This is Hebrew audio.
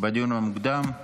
בדיון מוקדם.